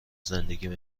زندگیم